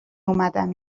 اومدم